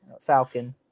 Falcon